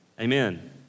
Amen